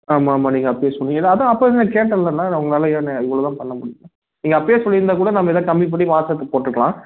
ஆமாமாம் நீங்கள் அப்போயே சொன்னீங்கள அதுதான் அப்போவே கேட்டனில் நான் உங்களால் ஏன்னு இவ்வளோ தான் பண்ண முடியுமா நீங்கள் அப்போயே சொல்லியிருந்தா கூட நம்ம எதாது கம்மி பண்ணி வாஸ்த்தரத்துக்கு போட்டுருக்கலாம்